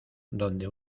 donde